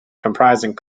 comprising